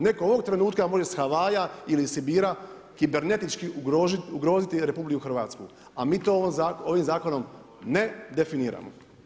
Neko ovog trenutka može sa Havaja ili iz Sibira kibernetički ugroziti RH, a mi to ovim zakonom ne definiramo.